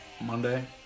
Monday